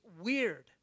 weird